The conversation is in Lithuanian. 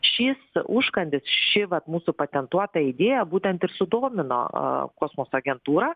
šis užkandis ši vat mūsų patentuota idėja būtent ir sudomino kosmoso agentūrą